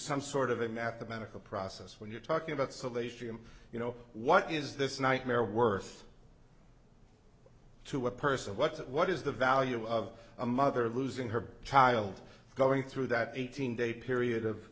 some sort of a mathematical process when you're talking about salacious and you know what is this nightmare worth to a person what's what is the value of a mother losing her child going through that eighteen day period of